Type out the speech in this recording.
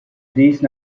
these